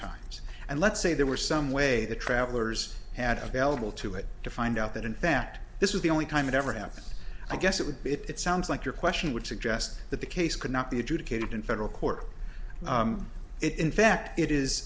times and let's say there were some way the travelers had available to it to find out that in fact this was the only time it ever happened i guess it would be if it sounds like your question would suggest that the case could not be adjudicated in federal court it in fact it is